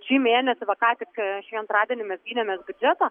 šį mėnesį va ką tik antradienį mes gynėmės biudžetą